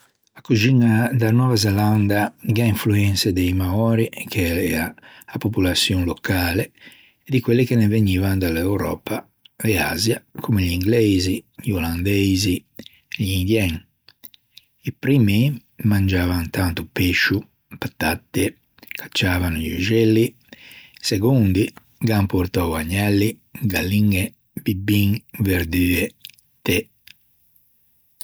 A coxiña da Neuva Zelanda a gh'à influense de Maori che ean a popolaçion locale de quelle che ne vegnivan da l'Euröpa e Asia comme i ingleixi, i olandeixi, i indien. I primmi, mangiavan tanto pescio, patatte, cacciavan i öxelli, i segondi gh'an portou i agnelli, galliñe, bibin, verdue, té.